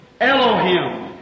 Elohim